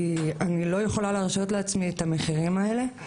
כי אני לא יכולה להרשות לעצמי את המחירים האלה.